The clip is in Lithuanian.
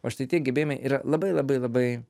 o štai tie gebėjimai yra labai labai labai